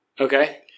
Okay